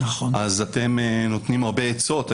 אז אתם נותנים הרבה עצות.